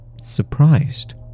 surprised